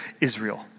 Israel